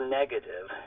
negative